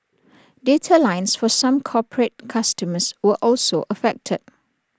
data lines for some corporate customers were also affected